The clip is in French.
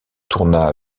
tourna